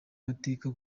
mateka